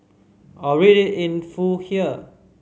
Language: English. or read it in full here